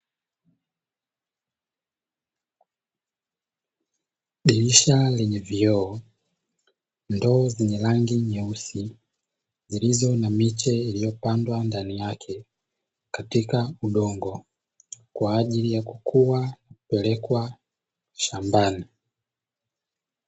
Dirisha lenye vioo ndoo zenye rangi nyeusi, zilizo na miche iliyopandwa juu yake kwa ajili ya kukua na kupelekwa shambani.